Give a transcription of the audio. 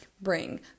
bring